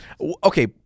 Okay